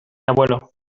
abuelo